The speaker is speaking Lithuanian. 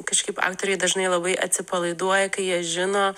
kažkaip aktoriai dažnai labai atsipalaiduoja kai jie žino